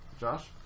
Josh